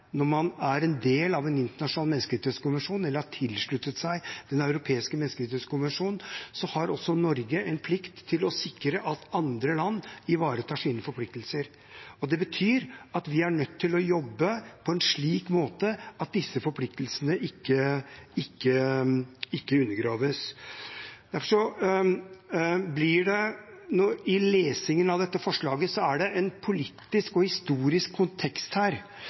en del av en internasjonal menneskerettighetskonvensjon eller har tilsluttet seg Den europeiske menneskerettskonvensjon, har også Norge en plikt til å sikre at andre land ivaretar sine forpliktelser. Det betyr at vi er nødt til å jobbe på en slik måte at disse forpliktelsene ikke undergraves. I lesningen av dette forslaget er det en politisk og historisk kontekst.